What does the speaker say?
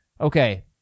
Okay